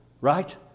Right